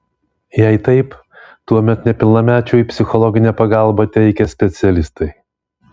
jei taip tuomet nepilnamečiui psichologinę pagalbą teikia specialistai